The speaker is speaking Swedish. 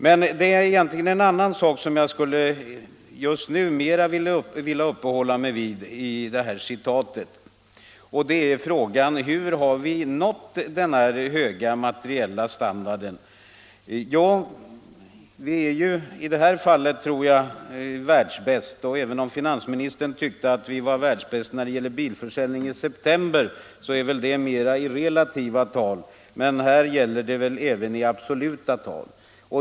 Men det är egentligen en annan sak i citatet som jag just nu skulle vilja uppehålla mig vid, nämligen: Hur har vi nått den här höga materiella standarden? Jag tror att vi i det här fallet är världsbäst. Finansministern tyckte att vi var världsbäst i fråga om bilförsäljningen i september, men det gällde relativa tal medan det här även gäller absoluta tal.